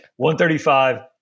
135